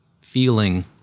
feeling